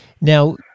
now